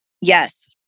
Yes